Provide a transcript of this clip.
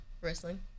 Wrestling